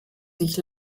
sich